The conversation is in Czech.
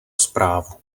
zprávu